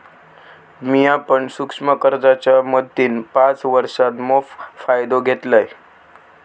मिया पण सूक्ष्म कर्जाच्या मदतीन पाच वर्षांत मोप फायदो घेतलंय